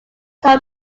tom